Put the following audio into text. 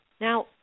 now